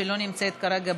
שלא נמצאת כרגע באולם,